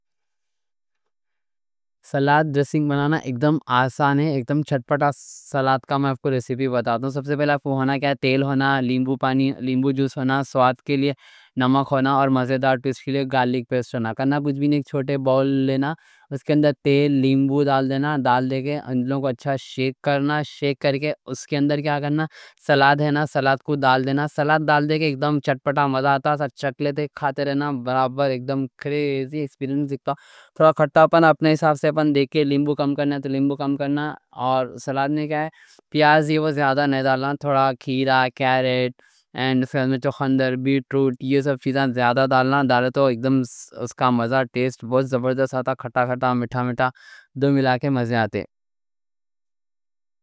سلاد ڈریسنگ بنانا اکدم آسان ہے۔ اکدم چٹ پٹا سلاد کا میں آپ کو ریسیپی بتاتا ہوں۔ سب سے پہلا آپ کو ہونا کیا؟ تیل ہونا، لیمبو پانی، لیمبو جوس ہونا، سواد کے لیے نمک ہونا، اور مزیدار پیسٹ کے لیے گارلک پیسٹ ہونا۔ کنا کچھ بھی نہیں، چھوٹا باؤل لینا۔ اس کے اندر تیل، لیمبو ڈال دینا۔ ڈال دے کے ان کو اچھا شیک کرنا۔ شیک کر کے اس کے اندر کیا کرنا؟ سلاد ہے نا، سلاد کو ڈال دینا۔ سلاد ڈال دے کے اکدم چٹ پٹا مزہ آتا۔ چٹ لیتے کھاتے رہنا، برابر، اکدم گریزی ایکسپیرینس۔ تھوڑا خٹاپن اپنے حساب سے، اپنے حساب سے، اپنے حساب سے، لیمبو کم کرنا، لیمبو کم کرنا۔ اور سلاد میں کیا ہے؟ پیاز یہ وہ زیادہ نہیں، تھوڑا کھیرہ، کیرٹ، اور اس کے اندر چقندر بیٹ روٹ، یہ سب چیزیں زیادہ ڈالنا۔ ڈالے تو اکدم اس کا مزہ، ٹیسٹ بہت زبردست آتا۔ کھٹا کھٹا، مٹھا مٹھا، دو ملا کے مزے آتے۔